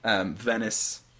Venice